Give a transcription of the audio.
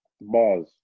bars